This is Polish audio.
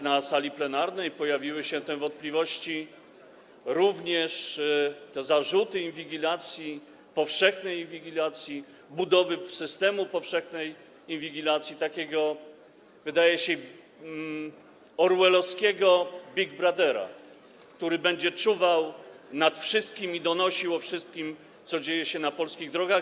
Na sali plenarnej pojawiły się te wątpliwości, również zarzuty co do inwigilacji, powszechnej inwigilacji, budowy systemu powszechnej inwigilacji, takiego, wydaje się, orwellowskiego Big Brothera, który będzie czuwał nad wszystkim i donosił o wszystkim, co dzieje się na polskich drogach.